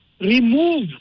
remove